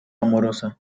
amorosa